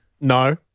No